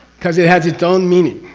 because it has its own meaning.